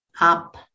up